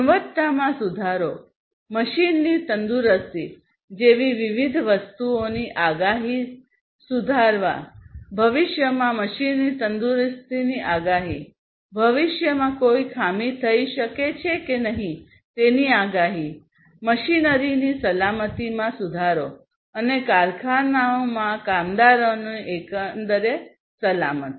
ગુણવત્તામાં સુધારો મશીનની તંદુરસ્તી જેવી વિવિધ વસ્તુઓની આગાહી સુધારવાભવિષ્યમાં મશીનની તંદુરસ્તીની આગાહી ભવિષ્યમાં કોઈ ખામી થઈ શકે છે કે નહીં તેની આગાહી મશીનરીની સલામતીમાં સુધારો અને કારખાનાઓમાં કામદારોની એકંદર સલામતી